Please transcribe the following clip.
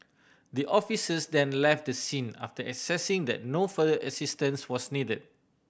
the officers then left the scene after assessing that no further assistance was needed